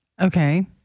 Okay